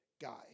guy